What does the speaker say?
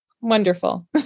Wonderful